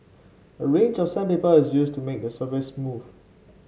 a range of sandpaper is used to make the surface smooth